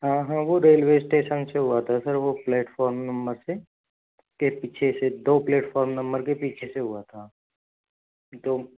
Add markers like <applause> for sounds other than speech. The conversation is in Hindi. हाँ हाँ वो रेलवे स्टेशन से हुआ था सर वो प्लेटफार्म नंबर <unintelligible> के पीछे से दो प्लेटफार्म नंबर के पीछे से हुआ था तो